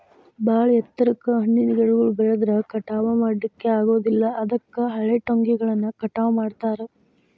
ಬಾಳ ಎತ್ತರಕ್ಕ್ ಹಣ್ಣಿನ ಗಿಡಗಳು ಬೆಳದ್ರ ಕಟಾವಾ ಮಾಡ್ಲಿಕ್ಕೆ ಆಗೋದಿಲ್ಲ ಅದಕ್ಕ ಹಳೆಟೊಂಗಿಗಳನ್ನ ಕಟಾವ್ ಮಾಡ್ತಾರ